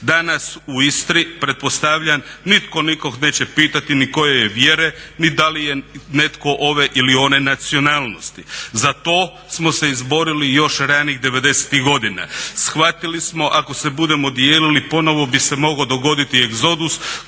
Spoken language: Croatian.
Danas u Istri pretpostavljam nitko nikog neće pitati ni koje je vjere ni da li je netko ove ili one nacionalnosti. Za to smo se izborili još ranih '90.-ih godina. Shvatili smo ako se budemo dijelili ponovo bi se mogao dogoditi egzodus